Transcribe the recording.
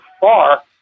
far